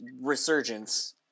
resurgence